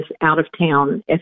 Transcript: out-of-town